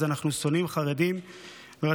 אז אנחנו שונאים חרדים.